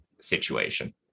situation